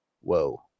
whoa